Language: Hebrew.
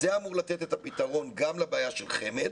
זה אמור לתת את הפתרון גם לבעיה של חמ"ד